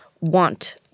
want